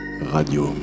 radio